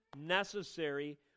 necessary